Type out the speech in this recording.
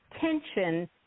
tension